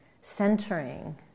centering